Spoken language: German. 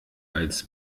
als